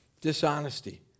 dishonesty